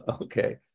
okay